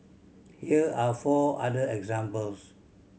here are four other examples